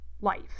life